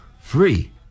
free